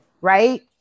right